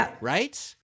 right